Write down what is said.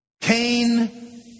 Cain